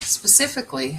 specifically